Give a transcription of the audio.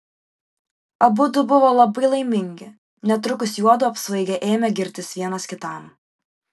abudu buvo labai laimingi netrukus juodu apsvaigę ėmė girtis vienas kitam